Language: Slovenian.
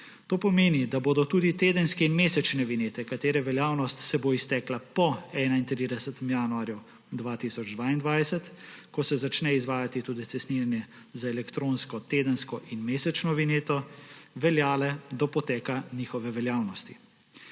To pomeni, da bodo tedenske in mesečne vinjete, katerih veljavnost se bo iztekla po 31. januarju 2022, ko se začne izvajati tudi cestninjenje z elektronsko tedensko in mesečno vinjeto, veljale do poteka njihove veljavnosti.